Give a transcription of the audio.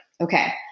Okay